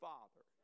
Father